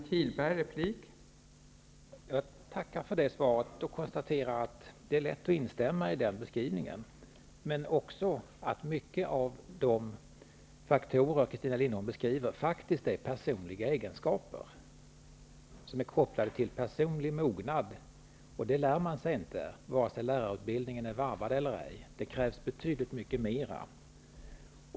Fru talman! Jag tackar för det svaret och konstaterar att det är lätt att instämma i den beskrivningen. Men jag konstaterar också att många av de faktorer som Christina Linderholm beskriver är personliga egenskaper som är kopplade till personlig mognad. Det lär man sig inte, vare sig lärarutbildningen är varvad eller ej. Det krävs betydligt mycket mer.